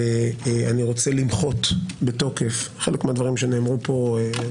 ואני רוצה למחות בתוקף חלק מהדברים שנאמרו פה,